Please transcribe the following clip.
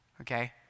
Okay